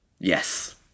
Yes